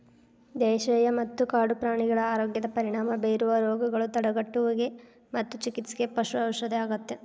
ದೇಶೇಯ ಮತ್ತ ಕಾಡು ಪ್ರಾಣಿಗಳ ಆರೋಗ್ಯದ ಪರಿಣಾಮ ಬೇರುವ ರೋಗಗಳ ತಡೆಗಟ್ಟುವಿಗೆ ಮತ್ತು ಚಿಕಿತ್ಸೆಗೆ ಪಶು ಔಷಧ ಅಗತ್ಯ